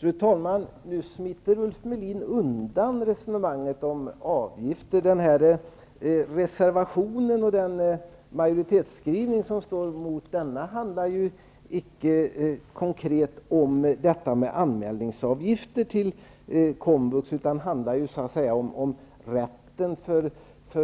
Fru talman! Nu smiter Ulf Melin undan resonemanget om avgifter. Majoritetsskrivningen och reservationen som står emot denna handlar icke konkret om anmälningsavgifter till komvux. Det handlar i stället om rätten för